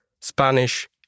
Spanish